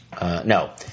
No